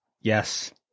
Yes